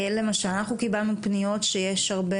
למשל, אנחנו קיבלנו פניות שיש הרבה